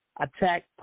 attack